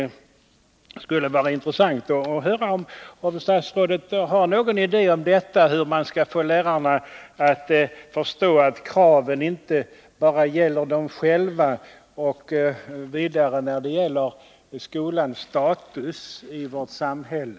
Det skulle vara intressant att höra om statsrådet har någon uppfattning om hur man skall kunna få lärarna att förstå att kraven inte bara gäller dem själva. Vidare skulle jag vilja höra statsrådets mening om skolans bristande status i vårt samhälle.